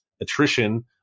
attrition